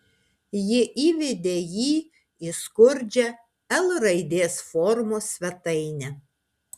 ji įvedė jį į skurdžią l raidės formos svetainę